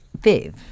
Viv